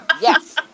yes